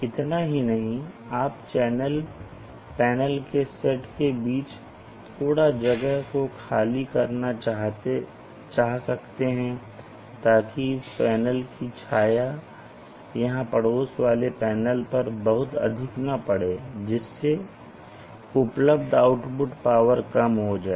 इतना ही नहीं आप पैनल के सेट के बीच थोड़ा जगह को खाली करना चाह सकते हैं ताकि इस पैनल की छाया यहां पड़ोस वाले पैनल पर बहुत अधिक न पड़े और जिससे उपलब्ध आउटपुट पावर कम हो जाए